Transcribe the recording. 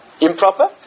Improper